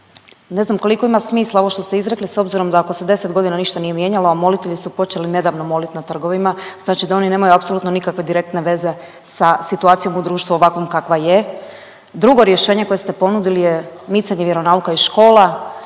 Ne znam koliko ima smisla ovo što ste izrekli s obzirom da ako se 10 godina ništa nije mijenjalo, a molitelji su počeli nedavno molit na trgovima, znači da oni nemaju apsolutno nikakve direktne veze sa situacijom u društvu ovakvom kakva je. Drugo rješenje koje ste ponudili je micanje vjeronauka iz škola.